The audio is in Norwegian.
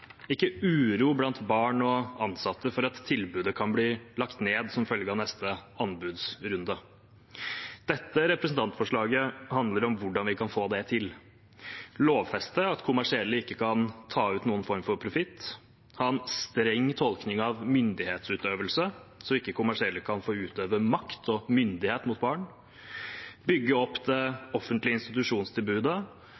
ikke uro blant barn og ansatte for at tilbudet kan bli lagt ned som følge av neste anbudsrunde. Dette representantforslaget handler om hvordan vi kan få det til – lovfeste at kommersielle ikke kan ta ut noen form for profitt, ha en streng tolkning av myndighetsutøvelse så ikke kommersielle kan få utøve makt og myndighet mot barn, bygge opp det